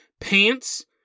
pants